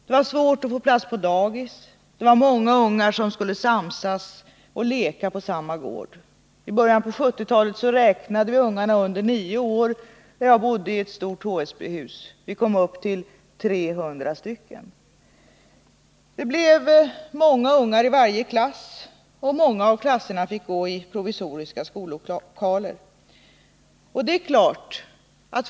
Det var svårt att få plats på dagis, många ungar skulle samsas och leka på samma gård. I början på 1970-talet räknade vi hur många ungar under nio år som fanns i det stora HSB-hus där jag bodde. Vi kom upp till 300. Det blev många ungar i varje klass, och många av klasserna fick gå i provisoriska skollokaler.